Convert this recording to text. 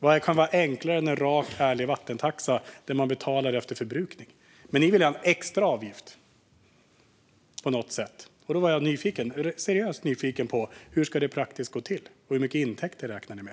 Vad kan vara enklare än en rak och ärlig vattentaxa där man betalar efter förbrukning? Ni vill ha en extra avgift på något sätt. Då är jag seriöst nyfiken på hur detta ska gå till praktiskt. Och hur mycket intäkter räknar ni med?